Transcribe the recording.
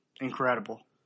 incredible